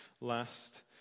last